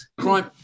crime